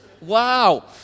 Wow